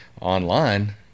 online